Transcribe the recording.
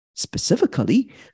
Specifically